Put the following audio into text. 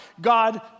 God